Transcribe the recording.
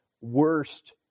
worst